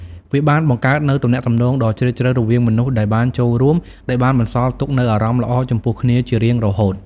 វាបានបង្កើតនូវទំនាក់ទំនងដ៏ជ្រាលជ្រៅរវាងមនុស្សដែលបានចូលរួម ដែលបានបន្សល់ទុកនូវអារម្មណ៍ល្អចំពោះគ្នាជារៀងរហូត។